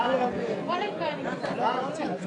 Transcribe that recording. שלום לכולם.